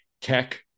tech